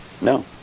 no